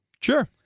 Sure